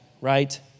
right